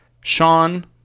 Sean